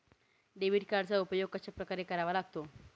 Debit कार्डचा उपयोग कशाप्रकारे करावा लागतो?